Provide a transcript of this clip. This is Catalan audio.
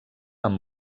amb